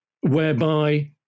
whereby